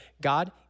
God